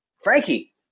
Frankie